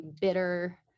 bitter